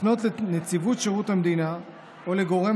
לפנות לנציבות שירות המדינה או לגורם